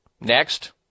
Next